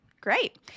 Great